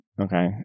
Okay